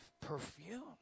perfume